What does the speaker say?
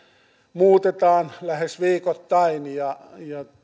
muutetaan lähes viikoittain ja